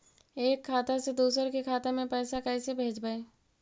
एक खाता से दुसर के खाता में पैसा कैसे भेजबइ?